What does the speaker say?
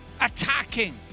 attacking